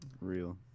real